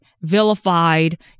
vilified